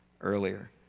earlier